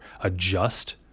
adjust